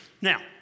Now